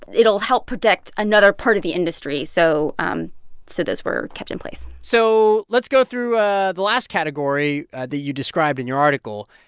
it'll help protect another part of the industry. so um so those were kept in place so let's go through ah the last category that you described in your article.